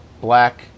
black